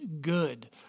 good